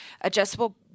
adjustable